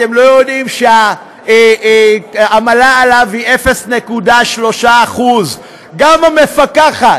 אתם לא יודעים שהעמלה עליו היא 0.3%. גם המפקחת,